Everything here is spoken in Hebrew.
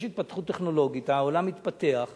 יש התפתחות טכנולוגית, העולם מתפתח.